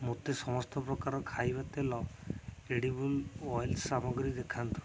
ମୋତେ ସମସ୍ତ ପ୍ରକାର ଖାଇବା ତେଲ କ୍ରେଡ଼ିବୁଲ୍ ଓଏଲ୍ ସାମଗ୍ରୀ ଦେଖାନ୍ତୁ